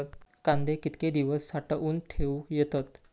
कांदे कितके दिवस साठऊन ठेवक येतत?